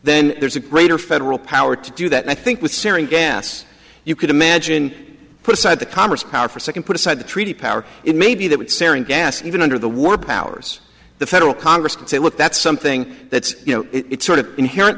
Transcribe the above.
then there's a greater federal power to do that i think with searing gas you could imagine put aside the commerce power for a second put aside the treaty power it maybe that would serin gas even under the war powers the federal congress and say look that's something that's you know it's sort of inherent